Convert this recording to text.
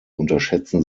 unterschätzen